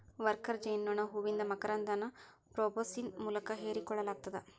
worker ಜೇನನೋಣ ಹೂವಿಂದ ಮಕರಂದನ ಪ್ರೋಬೋಸಿಸ್ ಮೂಲಕ ಹೇರಿಕೋಳ್ಳಲಾಗತ್ತದ